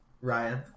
Ryan